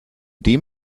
dem